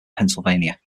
pennsylvania